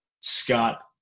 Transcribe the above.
scott